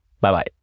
Bye-bye